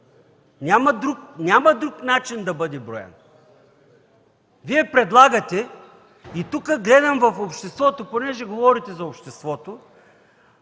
Няма друг начин да бъде броен. Вие предлагате, тук гледам в обществото, понеже говорите за обществото...